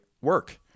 work